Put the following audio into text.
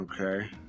Okay